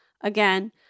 again